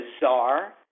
bizarre